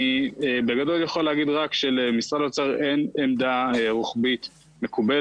אני בגדול יכול להגיד רק שלמשרד האוצר אין עמדה רוחבית מקובלת.